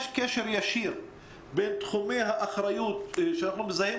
יש קשר ישיר בין תחומי האחריות שאנחנו מזהים